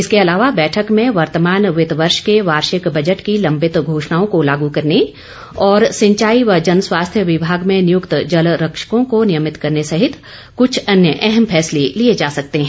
इसके अलावा बैठक में वर्तमान वित्त वर्ष के वार्षिक बजट की लंबित घोषणाओं को लागू करने और सिंचाई व जनस्वास्थ्य विभाग में नियुक्त जलरक्षकों को नियमित करने सहित कुछ अन्य अहम फैसले लिए जा सकते हैं